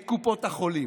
את קופות החולים,